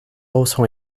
also